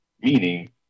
meaning